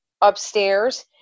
upstairs